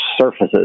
surfaces